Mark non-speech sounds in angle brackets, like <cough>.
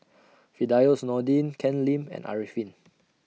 <noise> Firdaus Nordin Ken Lim and Arifin